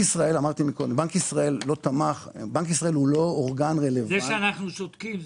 זה שאנחנו שותקים,